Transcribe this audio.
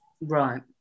Right